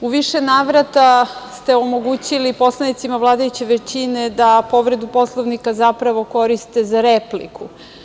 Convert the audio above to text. U više navrata ste omogućili poslanicima vladajuće većine da povredu Poslovnika zapravo koriste za repliku.